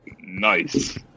Nice